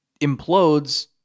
implodes